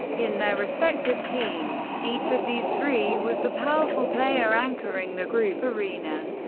in their respective teams, each of these three was the powerful player anchoring the group arena.